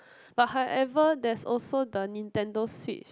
but however there's also the Nintendo-Switch